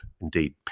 indeed